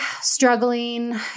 struggling